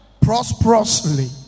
prosperously